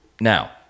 Now